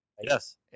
Yes